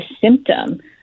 symptom